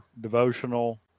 devotional